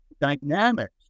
dynamics